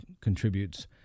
contributes